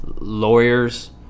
lawyers